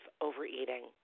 overeating